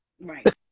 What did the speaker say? right